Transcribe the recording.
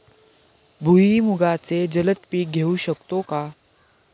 भुईमुगाचे जलद पीक घेऊ शकतो का?